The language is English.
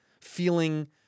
feeling